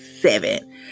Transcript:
seven